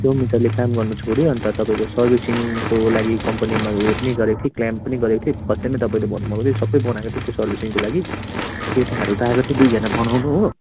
त्यो मिटरले काम गर्नु छोड्यो अन्त तपाईँको सर्भिसिङको लागि कम्पनीमा उयो पनि गरेको थिएँ क्लेम पनि गरेको थिएँ फस्टैमा तपाईँले भन्नु भएको थियो सबै बनाएको थिएँ त्यो सर्भिसिङको लागि केटाहरू त आएको थियो दुइजना बनाउनु हो